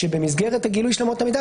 שבמסגרת הגילוי של אמות המידה,